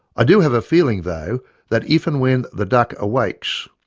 i do have a feeling though that if and when the duck awakes,